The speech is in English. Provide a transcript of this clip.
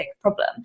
problem